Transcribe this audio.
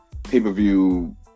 pay-per-view